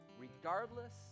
regardless